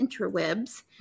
interwebs